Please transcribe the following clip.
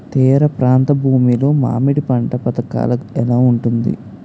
తీర ప్రాంత భూమి లో మామిడి పంట పథకాల ఎలా ఉంటుంది?